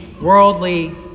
worldly